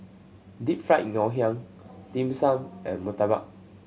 Deep Fried Ngoh Hiang Dim Sum and Murtabak